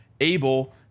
able